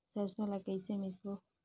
सरसो ला कइसे मिसबो?